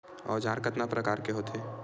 औजार कतना प्रकार के होथे?